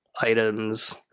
items